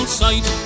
sight